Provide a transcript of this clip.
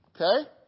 Okay